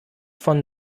von